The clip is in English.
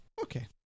Okay